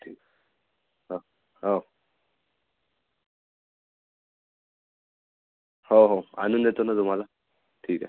ठीक हो हो हो हो आणून देतो ना तुम्हाला ठीक आहे